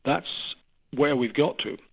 that's where we got to.